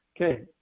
Okay